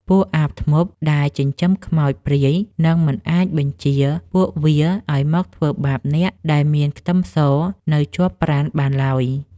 ពួកអាបធ្មប់ដែលចិញ្ចឹមខ្មោចព្រាយនឹងមិនអាចបញ្ជាពួកវាឱ្យមកធ្វើបាបអ្នកដែលមានខ្ទឹមសនៅជាប់ប្រាណបានឡើយ។